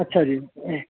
اچھی جی